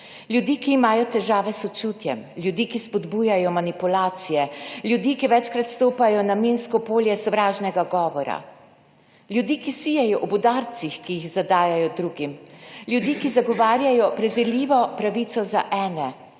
Ljudi, ki imajo težave s sočutjem, ljudi, ki spodbujajo manipulacije, ljudi ki večkrat stopajo na minsko polje sovražnega govora. Ljudi, ki sijejo ob udarcih, ki jih zadajajo drugim, ljudi, ki zagovarjajo prezirljivo pravico za ene,